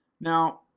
Now